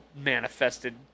manifested